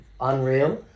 Unreal